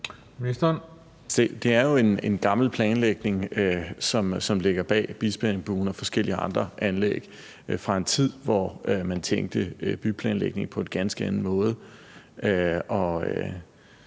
Det er jo en gammel planlægning, som ligger bag Bispeengbuen og forskellige andre anlæg. Det er fra en tid, hvor man tænkte byplanlægning på en ganske anden måde,